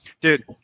dude